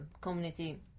community